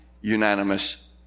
unanimous